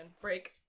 break